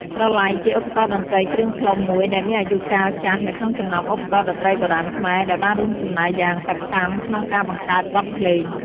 ស្រឡៃ ជាឧបករណ៍តន្ត្រីគ្រឿងផ្លុំមួយដែលមានអាយុកាលចាស់ នៅក្នុងចំណោមឧបករណ៍តន្ត្រីបុរាណខ្មែរ ដែលបានរួមចំណែកយ៉ាងសកម្មក្នុងការបង្កើតបទភ្លេង។